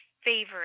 favorite